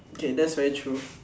okay that's very true